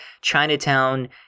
Chinatown